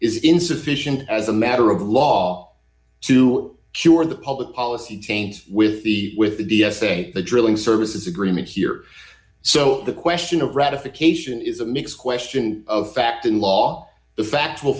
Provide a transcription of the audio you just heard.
is insufficient as a matter of law to cure the public policy change with the with the d s a the drilling services agreement here so the question of ratification is a mix question of fact in law the fact w